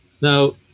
Now